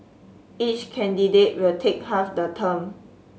each candidate will take half the term